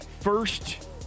first